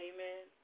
Amen